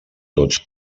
tots